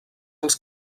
els